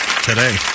today